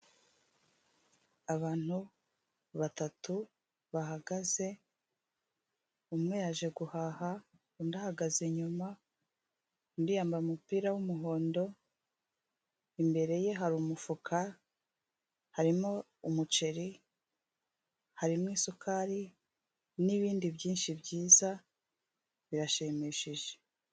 Abantu batatu bahagaze, umwe yaje guhaha, undi ahagaze inyuma, undi yambaye umupira w'umuhondo, imbere ye hari umufuka, harimo umuceri, harimo isukari n'ibindi byinshi byiza, birashimishije.